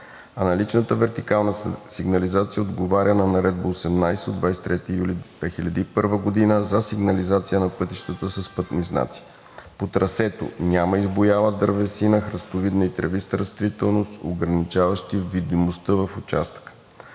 наличната вертикална сигнализация отговаря на Наредба № 18 от 23 юли 2001 г. за сигнализация на пътищата с пътни знаци. По трасето няма избуяла дървесина, храстовидна и тревиста растителност, ограничаваща видимостта в участъка.